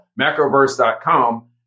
macroverse.com